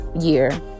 year